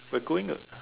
we are going uh